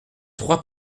trois